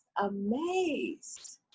amazed